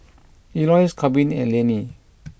Elois Korbin and Lainey